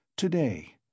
Today